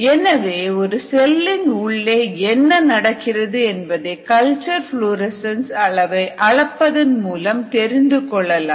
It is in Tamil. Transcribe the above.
எனவே ஒரு செல்லின் உள்ளே என்ன நடக்கிறது என்பதை கல்ச்சர் புளோரசன்ஸ் அளவை அளப்பதன் மூலம் தெரிந்துகொள்ளலாம்